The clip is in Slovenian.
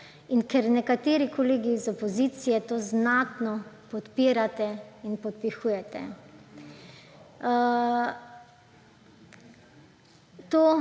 in ker nekateri kolegi iz opozicije to znatno podpirate in podpihujete.